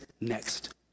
next